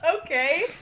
Okay